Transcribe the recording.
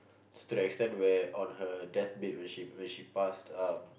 to the extent where on her deathbed when she when she passed um